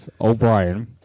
O'Brien